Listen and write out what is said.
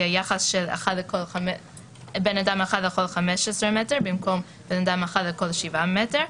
יהיה יחס של בן אדם אחד לכל 15 מטרים במקום בן אדם לכל 7 מטרים.